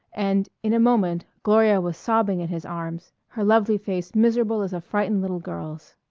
and in a moment gloria was sobbing in his arms, her lovely face miserable as a frightened little girl's.